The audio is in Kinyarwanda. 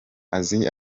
azi